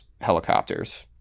helicopters